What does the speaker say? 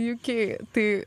uk tai